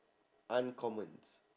uncommon